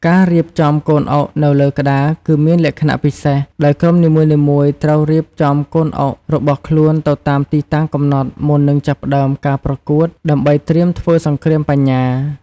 ការរៀបចំកូនអុកនៅលើក្តារគឺមានលក្ខណៈពិសេស ដោយក្រុមនីមួយៗត្រូវរៀបចំកូនអុករបស់ខ្លួនទៅតាមទីតាំងកំណត់មុននឹងចាប់ផ្តើមការប្រកួត ដើម្បីត្រៀមធ្វើសង្គ្រាមបញ្ញា។